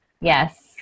Yes